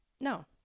No